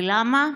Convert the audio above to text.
ולמה?